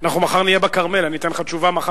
אנחנו מחר נהיה בכרמל, אני אתן לך תשובה מחר.